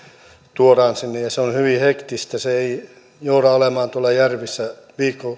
tuodaan sinne ja se on hyvin hektistä se ei jouda olemaan tuolla järvissä